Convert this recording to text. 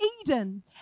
Eden